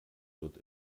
wird